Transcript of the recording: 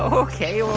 ok, well,